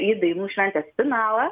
į dainų šventės finalą